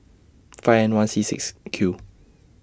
five N one C six Q